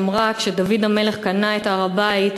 שאמרה: כשדוד המלך קנה את הר-הבית,